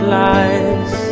lies